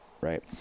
right